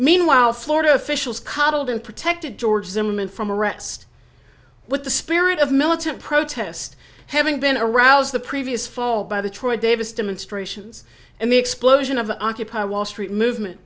meanwhile florida officials coddled and protected george zimmerman from arrest with the spirit of militant protest having been aroused the previous fall by the troy davis demonstrations and the explosion of the occupy wall street movement